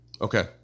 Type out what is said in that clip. Okay